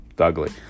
ugly